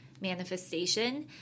manifestation